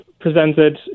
presented